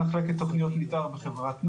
אני מנהל מחלקת תוכניות מתאר בחברת נגה.